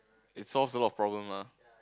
it solves a lot of problem lah